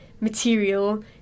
material